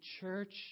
church